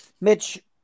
Mitch